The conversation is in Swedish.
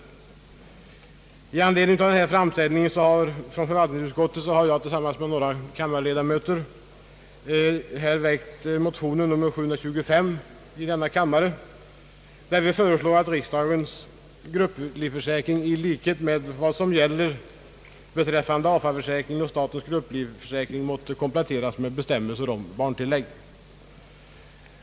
Med anledning av denna framställning från förvaltningskontoret har jag tillsammans med några ledamöter av kammaren väckt motionen nr 725 i första kammaren, i vilken föreslås att grupplivförsäkringen för riksdagsledamot i likhet med vad som gäller beträffande statens grupplivförsäkring skall kompletteras med bestämmelser om barntillägg.